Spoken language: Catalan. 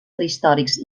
prehistòrics